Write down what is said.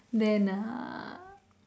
then ah